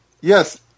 yes